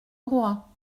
roi